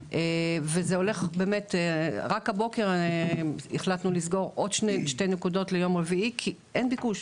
רק הבוקר החלטנו לסגור עוד שתי נקודות ליום רביעי כי אין ביקוש,